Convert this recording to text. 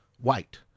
White